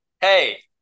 Hey